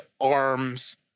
arms